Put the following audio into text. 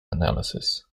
analysis